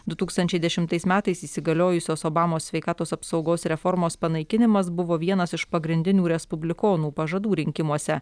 du tūkstančiai dešimtais metais įsigaliojusios obamos sveikatos apsaugos reformos panaikinimas buvo vienas iš pagrindinių respublikonų pažadų rinkimuose